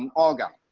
and olga.